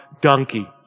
donkey